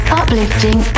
uplifting